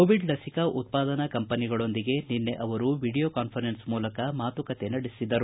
Covid ಲಸಿಕಾ ಉತ್ಪಾದನಾ ಕಂಪನಿಗಳೊಂದಿಗೆ ನಿನ್ನೆ ಅವರು ವೀಡಿಯೊ ಕಾನ್ಫರೆನ್ಸ್ ಮೂಲಕ ಮಾತುಕತೆ ನಡೆಸಿದರು